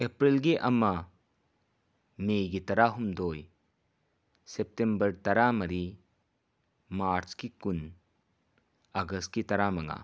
ꯑꯦꯄ꯭ꯔꯤꯜꯒꯤ ꯑꯃ ꯃꯦꯒꯤ ꯇꯔꯥꯍꯨꯝꯗꯣꯏ ꯁꯦꯞꯇꯦꯝꯕꯔ ꯇꯔꯥꯃꯔꯤ ꯃꯥꯔꯁꯀꯤ ꯀꯨꯟ ꯑꯒꯁꯀꯤ ꯇꯔꯥꯃꯉꯥ